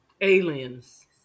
Aliens